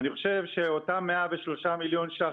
אני חושב שאותם 103 מיליון שקלים